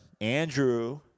Andrew